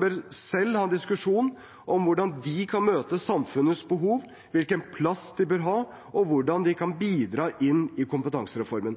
bør selv ha en diskusjon om hvordan de kan møte samfunnets behov, hvilken plass de bør ha, og hvordan de kan bidra inn i kompetansereformen.